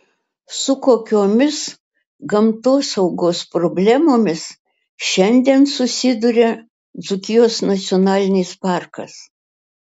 su kokiomis gamtosaugos problemomis šiandien susiduria dzūkijos nacionalinis parkas